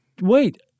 Wait